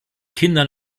kindern